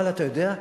אבל אתה יודע,